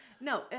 no